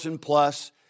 plus